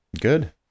good